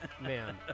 Man